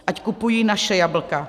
Ať kupují naše jablka.